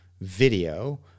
video